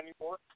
anymore